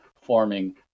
forming